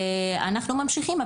אנחנו ממשיכים.